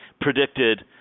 predicted